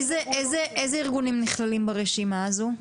איזה ארגונים נכללים ברשימה הזאת?